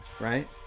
right